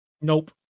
Nope